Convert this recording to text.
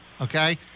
Okay